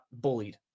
bullied